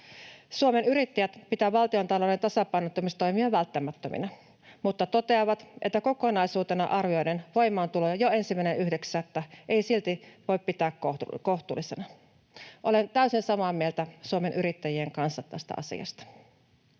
Suomen Yrittäjät pitää valtiontalouden tasapainottamistoimia välttämättöminä mutta toteaa, että kokonaisuutena arvioiden voimaantuloa jo 1.9. ei silti voi pitää kohtuullisena. Olen täysin samaa mieltä Suomen Yrittäjien kanssa tästä asiasta.